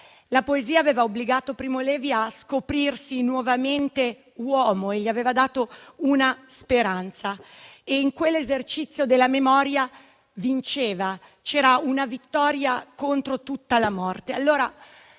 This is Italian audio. La poesia aveva obbligato Primo Levi a scoprirsi nuovamente uomo e gli aveva dato una speranza. In quell'esercizio della memoria c'era una vittoria contro tutta la morte.